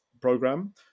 program